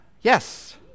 Yes